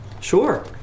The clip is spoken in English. Sure